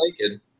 naked